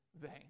vain